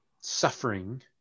suffering